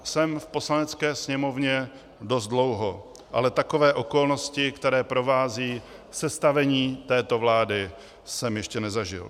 Jsem v Poslanecké sněmovně dost dlouho, ale takové okolnosti, které provázejí sestavení této vlády, jsem ještě nezažil.